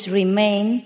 remain